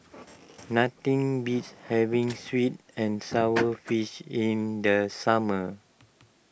nothing beats having Sweet and Sour Fish in the summer